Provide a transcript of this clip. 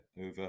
over